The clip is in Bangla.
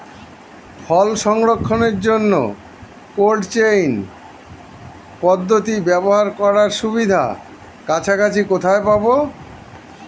ফল সংরক্ষণের জন্য কোল্ড চেইন পদ্ধতি ব্যবহার করার সুবিধা কাছাকাছি কোথায় পাবো?